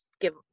give